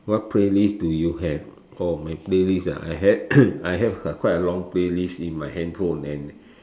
what playlist do you have oh my playlist ah I have I have quite a long playlist in my handphone and